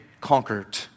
conquered